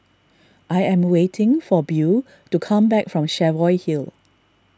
I am waiting for Beau to come back from Cheviot Hill